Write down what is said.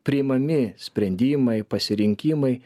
priimami sprendimai pasirinkimai